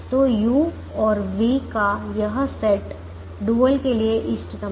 तो u और v का यह सेट डुअल के लिए इष्टतम है